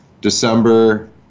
december